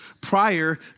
prior